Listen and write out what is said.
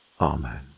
Amen